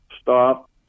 stop